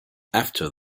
after